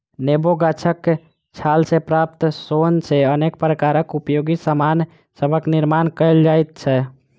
नेबो गाछक छाल सॅ प्राप्त सोन सॅ अनेक प्रकारक उपयोगी सामान सभक निर्मान कयल जाइत छै